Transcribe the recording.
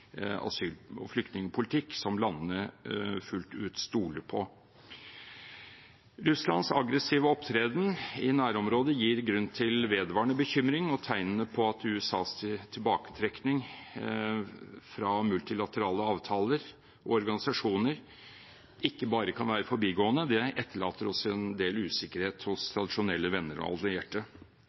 asyl- og flyktningpolitikk som landene fullt ut stoler på. Russlands aggressive opptreden i nærområdet gir grunn til vedvarende bekymring, og tegnene på at USAs tilbaketrekning fra multilaterale avtaler og organisasjoner ikke bare er forbigående, etterlater også en del usikkerhet hos tradisjonelle venner og allierte.